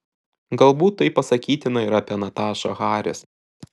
galbūt tai pasakytina ir apie natašą haris